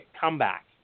comeback